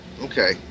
Okay